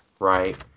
right